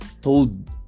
told